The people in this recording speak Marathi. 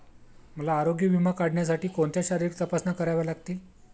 मला आरोग्य विमा काढण्यासाठी कोणत्या शारीरिक तपासण्या कराव्या लागतील?